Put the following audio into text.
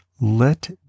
Let